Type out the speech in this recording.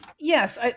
Yes